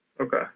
okay